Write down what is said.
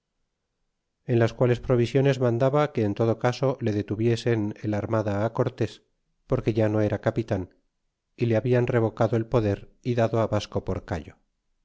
en las quales provisiones mandaba que en todo caso le detuviesen el armada cortés porque ya no era capitan y le habian revocado el poder y dado vasco porcallo